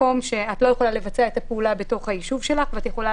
את לא יכולה לבצע את הפעולה בתוך היישוב שלך ואת יכולה